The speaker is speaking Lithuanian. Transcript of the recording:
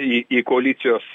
į į koalicijos